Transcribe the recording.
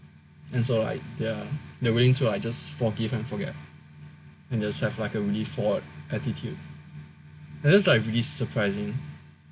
and so like ya they're willing to like just forgive and forget and just have like a really forward attitude and that is like really surprising as like